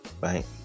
right